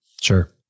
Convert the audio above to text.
Sure